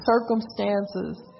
circumstances